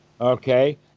Okay